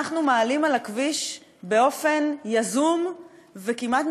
אנחנו מעלים על הכביש באופן יזום וכמעט